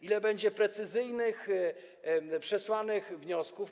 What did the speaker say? Ile będzie precyzyjnych, przesłanych wniosków?